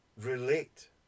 relate